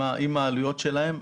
עם העלויות שלהן.